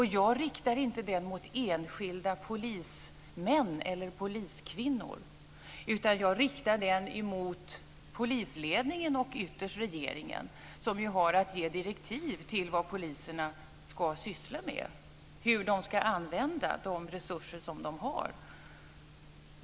Jag riktar inte den mot enskilda polismän eller poliskvinnor, utan jag riktar den mot polisledningen och ytterst regeringen som ju har att ge direktiv när det gäller vad poliserna ska syssla med och hur de ska använda de resurser som de har.